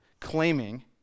claiming